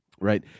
Right